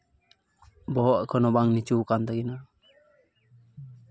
ᱵᱚᱦᱚᱜ ᱮᱠᱷᱚᱱᱚ ᱵᱟᱝ ᱱᱤᱪᱩ ᱟᱠᱟᱱ ᱛᱟᱹᱠᱤᱱᱟ